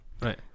Right